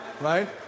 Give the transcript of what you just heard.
Right